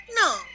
No